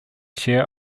chair